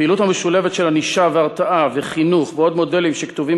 הפעילות המשולבת של ענישה והרתעה וחינוך ועוד מודלים שכתובים